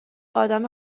آدم